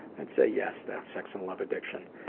i'd say yes that's sex and love addiction.